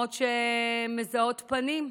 מצלמות שמזהות פנים.